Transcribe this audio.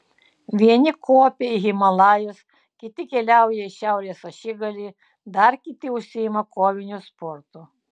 vieni kopia į himalajus kiti keliauja į šiaurės ašigalį dar kiti užsiima koviniu sportu